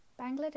Bangladesh